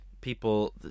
people